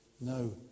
no